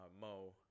Mo